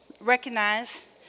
recognize